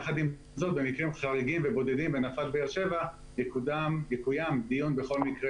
יחד עם זאת בבודדים בנפת באר שבע יקוים דיון בכל מקרה